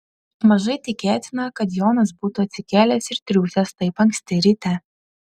mažai tikėtina kad jonas būtų atsikėlęs ir triūsęs taip anksti ryte